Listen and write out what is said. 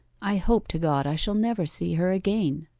i hope to god i shall never see her again